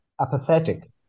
apathetic